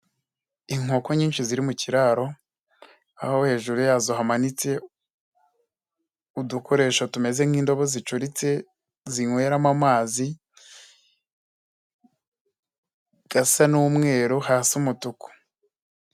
Inkoko nyinshi ziri mu kiraro aho hejuru yazo hamanitse udukoresho tumeze nk'indobo zicuritse zinyweramo amazi, gasa n'umweru hasi umutuku.